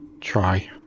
try